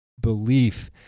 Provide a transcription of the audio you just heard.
belief